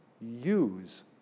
use